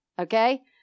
Okay